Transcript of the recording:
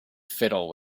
fiddle